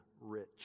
rich